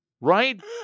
Right